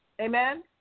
Amen